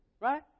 right